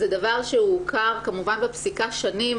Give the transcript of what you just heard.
זה דבר שהוכר כמובן בפסיקה שנים,